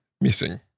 missing